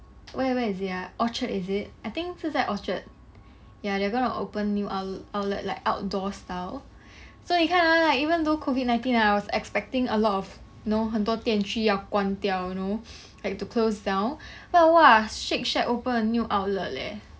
where where is ah orchard is it I think 是在 orchard ya they're gonna open new outle~ outlet like outdoor style so 你看 ah like even though COVID nineteen ah I was expecting a lot of know 很多店需要关掉 you know like to close down but !wah! shake shack opened a new outlet leh